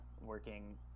working